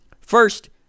first